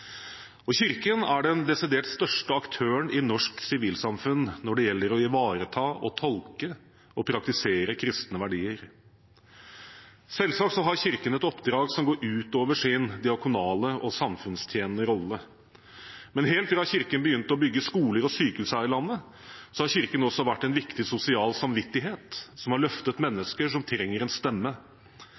grupper. Kirken er den desidert største aktøren i norsk sivilsamfunn når det gjelder å ivareta, tolke og praktisere kristne verdier. Selvsagt har Kirken et oppdrag som går ut over sin diakonale og samfunnstjenende rolle. Men helt fra Kirken begynte å bygge skoler og sykehus her i landet, har den også vært en viktig sosial samvittighet som har løftet mennesker som trenger en stemme.